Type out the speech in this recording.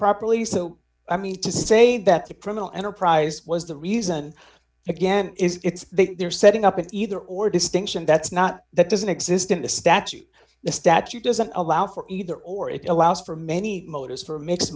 properly so i mean to say that the criminal enterprise was the reason again is it's they're setting up an either or distinction that's not that doesn't exist in the statute the statute doesn't allow for either or it allows for many motives for mixed